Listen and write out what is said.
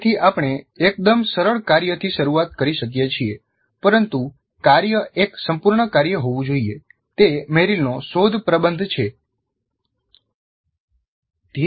તેથી આપણે એકદમ સરળ કાર્યથી શરૂઆત કરી શકીએ છીએ પરંતુ કાર્ય એક સંપૂર્ણ કાર્ય હોવું જોઈએ તે મેરિલનો શોધ પ્રબંધ છે